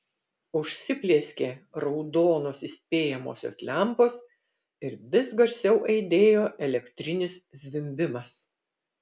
užsiplieskė raudonos įspėjamosios lempos ir vis garsiau aidėjo elektrinis zvimbimas